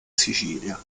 sicilia